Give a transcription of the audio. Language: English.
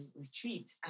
retreat